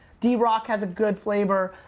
d-rock has a good flavor.